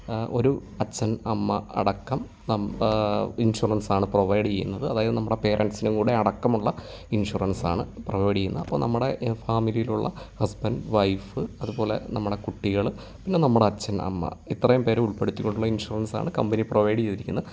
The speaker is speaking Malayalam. ഒരു അച്ഛൻ അമ്മ അടക്കം നം ഇൻഷുറൻസാണ് പ്രൊവൈഡ് ചെയ്യുന്നത് അതായത് നമ്മുടെ പേരെന്റ്സിന് കൂടെ അടക്കമുള്ള ഇൻഷുറൻസാണ് പ്രൊവൈഡ് യ്യുന്ന നമ്മുടെ ഫാമിലിയിലുള്ള ഹസ്ബൻഡ് വൈഫ് അതുപോലെ നമ്മുടെ കുട്ടികൾ പിന്നെ നമ്മുടെ അച്ഛൻ അമ്മ ഇത്രയും പേരെ ഉൾപ്പെടുത്തി കൊണ്ടുള്ള ഇൻഷുറൻസാണ് കമ്പനി പ്രൊവൈഡ് ചെയ്തിരിക്കുന്ന